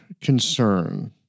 concern